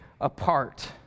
apart